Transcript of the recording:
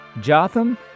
Jotham